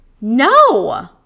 No